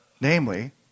Namely